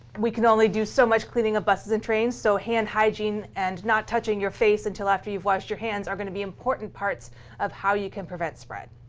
we can only do so much cleaning of buses and trains. so hand hygiene and not touching your face until after you've washed your hands are going to be important parts of how you can prevent spread.